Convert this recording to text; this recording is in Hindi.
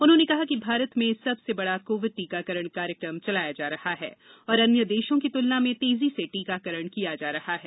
उन्होंने कहा कि भारत में सबसे बडा कोविड टीकाकरण कार्यक्रम चलाया जा रहा है और अन्य देशों की तुलना में तेजी से टीकाकरण किया जा रहा है